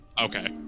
Okay